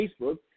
Facebook